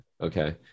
okay